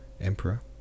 emperor